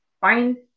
find